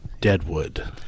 Deadwood